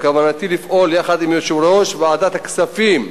בכוונתי לפעול יחד עם יושב-ראש ועדת הכספים,